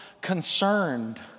concerned